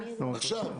נקודה.